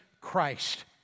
Christ